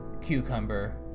cucumber